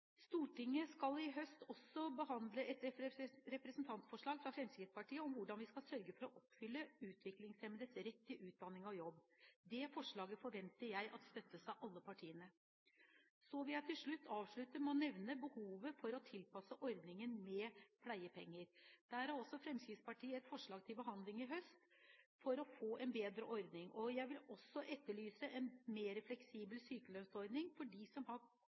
Stortinget skal i høst også behandle et representantforslag fra Fremskrittspartiet om hvordan vi skal sørge for å oppfylle utviklingshemmedes rett til utdanning og jobb. Det forslaget forventer jeg at støttes av alle partiene. Så vil jeg avslutte med å nevne behovet for å tilpasse ordningen med pleiepenger. Der har også Fremskrittspartiet et forslag for å få en bedre ordning til behandling i høst. Jeg vil også etterlyse en mer fleksibel sykelønnsordning for dem som har